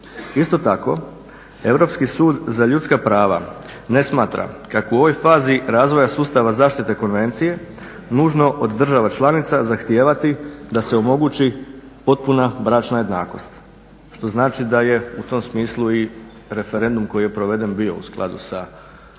Isto tako, Europski sud za ljudska prava ne smatra kako u ovoj fazi razvoja sustava zaštite Konvencije nužno od država članica zahtijevati da se omogući potpuna bračna jednakost što znači da je u tom smislu i referendum koji je proveden bio u skladu sa time.